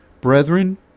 Brethren